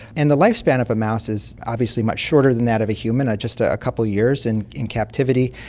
and the lifespan of a mouse is obviously much shorter than that of a human, just ah a couple of years and in captivity,